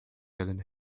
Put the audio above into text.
willen